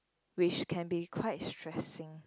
which can be quite stressing